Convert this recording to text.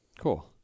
Cool